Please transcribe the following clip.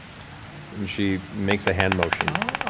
she makes a hand motion.